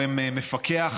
כגורם מפקח.